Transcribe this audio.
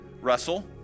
Russell